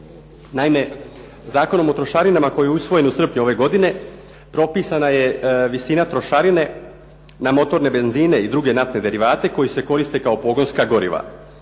Naime, Zakonom o trošarinama koji je usvojen u srpnju ove godine propisana je visina trošarine na motorne benzine i druge naftne derivate koji se koriste kao pogonska goriva.